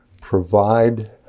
provide